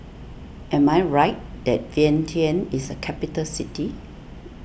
am I right that Vientiane is a capital city